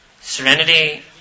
Serenity